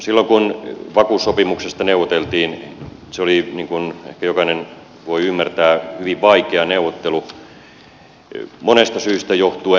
silloin kun vakuussopimuksesta neuvoteltiin se oli niin kuin ehkä jokainen voi ymmärtää hyvin vaikea neuvottelu monesta syystä johtuen